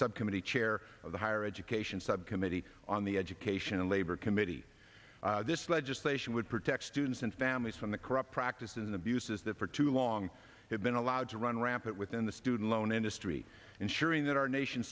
subcommittee chair of the higher education subcommittee on the education and labor committee this legislation would protect students and families from the corrupt practices and abuses that for too long have been allowed to run rampant within the student loan industry ensuring that our nation